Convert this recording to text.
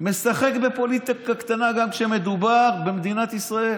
משחק בפוליטיקה קטנה גם כשמדובר במדינת ישראל.